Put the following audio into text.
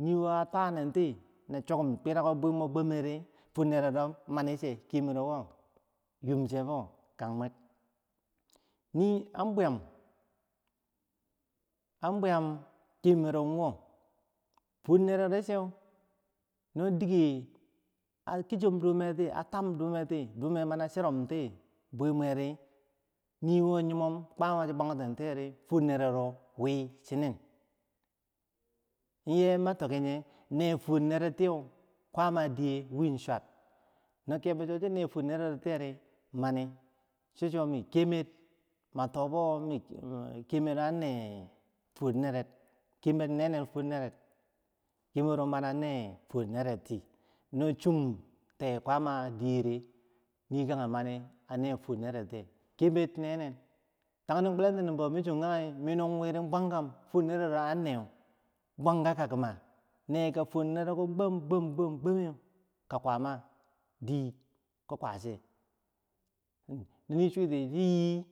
Niwo a twanenti, na chokum twirako bwe mo gwameri fuwor nerero mani che kemero wo yumche fo kang murk ni an buyam an buyam kemero wo, fuwor nererochew no dike a kichom dumeti a tam dumeh ti mana chirom ti bwe mweri yiwuro yumom kwama chi bwang ten tiyeh ri fuwor nerero wi chinen in yeah matoki yeah nea fuwor nerer tiyeh kwaama diyeh win sward nokebo cho chi ne fuwor nerero tiye ri in mani, cho cho min kemer ma toh bo mik hir kemer an neh fuwornerer kemer neni fuwor nereh, kemero mana neh fuwor nerek ti no chum tea kwa ma diyeh ri yikageh mani, aneh fuwor nerek tiyeh kemer neni tagnim kulenembo min choga ge min no wi ri bwangam, fuwor nereu an neh bwanga kuma neka fuwor nereko gwam gwam gwameu ka kwaama di ki kwa cher, yiwo chiti chi yee